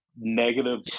negative